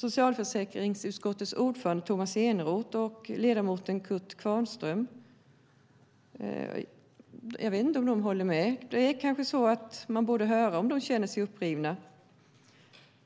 Jag vet inte om utskottsordföranden Tomas Eneroth och ledamoten Kurt Kvarnström håller med. Ni borde kanske höra om de känner sig upprivna.